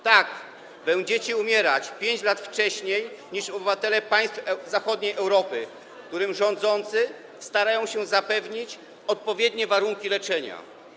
Tak, będziecie umierać 5 lat wcześniej niż obywatele państw zachodniej Europy, którym rządzący starają się zapewnić odpowiednie warunki leczenia.